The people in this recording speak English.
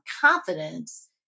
confidence